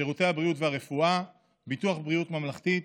שירותי הבריאות והרפואה, ביטוח בריאות ממלכתי,